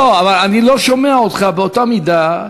אני לא שומע אותך באותה מידה,